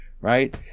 right